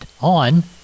on